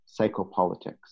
psychopolitics